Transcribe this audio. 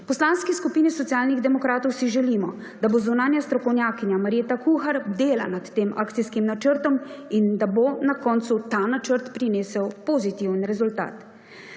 Poslanski skupini Socialnih demokratov si želimo, da bo zunanja strokovnjakinja Marjeta Kuhar bdela nad tem akcijskim načrtom in da bo na koncu ta načrt prinesel pozitiven rezultat.